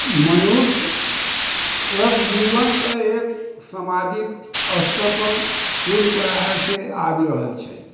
मनुष्य लग जीवन तऽ एक समाजिक स्तरपर पूर्व पराय सँ आबि रहल छै